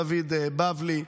דוד בבלי,